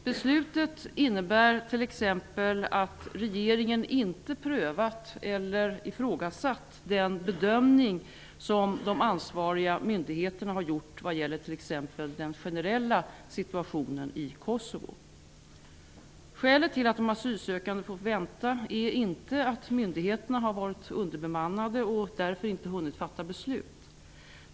Beslutet innebär t.ex. att regeringen inte prövat eller ifrågasatt den bedömning som de ansvariga myndigheterna har gjort vad gäller t.ex. den generella situationen i Kosovo. Skälet till att de asylsökande har fått vänta är inte att myndigheterna har varit underbemannade och därför inte hunnit fatta beslut.